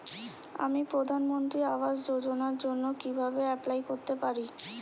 আমি প্রধানমন্ত্রী আবাস যোজনার জন্য কিভাবে এপ্লাই করতে পারি?